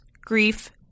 grief